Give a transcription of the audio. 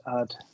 add